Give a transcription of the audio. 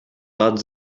but